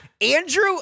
Andrew